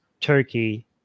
Turkey